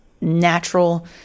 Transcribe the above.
natural